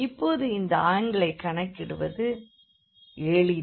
இப்போது இந்த ஆங்கிளைக் கணக்கிடுவது எளிது